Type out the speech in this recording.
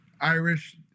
Irish